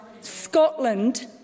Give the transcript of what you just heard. Scotland